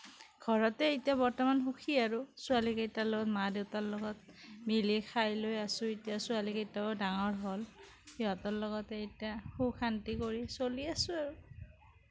ঘৰতেই এতিয়া বৰ্তমান সুখী আৰু ছোৱালীকেইটাৰ লগত মা দেউতাৰ লগত মিলি খাই লৈ আছোঁ আৰু এতিয়া ছোৱালীকেইটাও ডাঙৰ হ'ল সিহঁতৰ লগতে এতিয়া সুখ শান্তি কৰি চলি আছোঁ আৰু